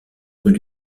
rues